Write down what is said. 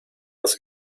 das